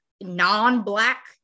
non-Black